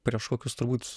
prieš kokius turbūt